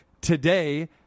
today